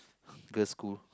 girls school